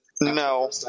No